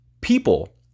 people